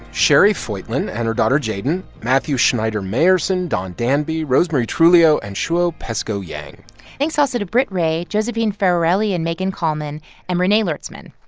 cherri foytlin and her daughter jayden, matthew schneider-mayerson, dawn danby, rosemarie truglio and shuo peskoe-yang thanks also to britt wray, josephine ferorelli and meghan kallman and renee lertzman,